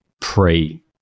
pre